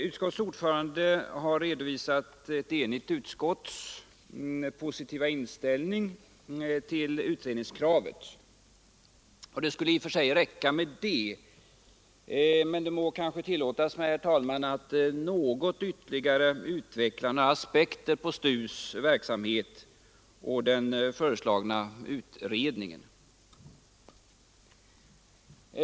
Utskottets ordförande har redovisat ett enigt utskotts positiva inställning till utredningskravet och det skulle i och för sig kunna räcka med det, men det må kanske tillåtas mig, herr talman, att utveckla några aspekter på STU:s verksamhet och den föreslagna utredningen.